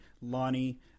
Lonnie